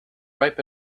ripe